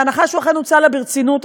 בהנחה שהוא אכן הוצע לך ברצינות.